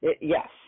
Yes